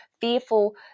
fearful